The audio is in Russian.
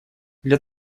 для